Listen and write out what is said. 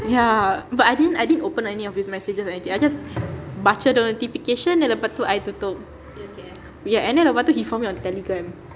ya but I didn't I didn't open any of his messages like I just baca the notification then lepas tu I tutup yeah and then lepas tu he found me on telegram